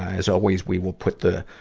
as always, we will put the,